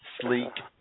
Sleek